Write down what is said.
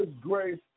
grace